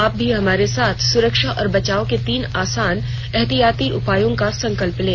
आप भी हमारे साथ सुरक्षा और बचाव के तीन आसान एहतियाती उपायों का संकल्प लें